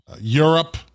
europe